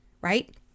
right